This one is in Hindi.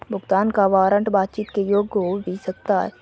भुगतान का वारंट बातचीत के योग्य हो भी सकता है